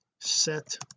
set